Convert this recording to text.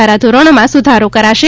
ધારાધોરણોમાં સુધારો કરાશે